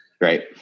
Right